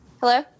hello